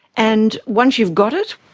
and once you've got it?